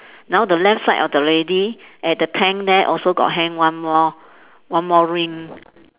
now the left side of the lady at the tent there also got hang one more one more ring